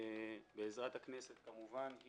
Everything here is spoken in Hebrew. בעזרת הכנסת כמובן,